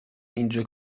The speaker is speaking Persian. اینجا